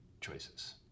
choices